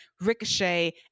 Ricochet